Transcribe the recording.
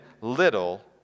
little